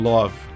Love